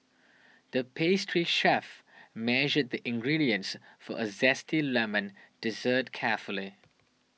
the pastry chef measured the ingredients for a Zesty Lemon Dessert carefully